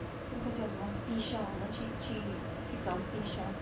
那个叫什么 seashell 我们去去去找 seashell